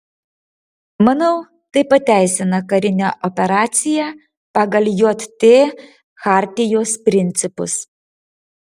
manau tai pateisina karinę operaciją pagal jt chartijos principus